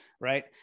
right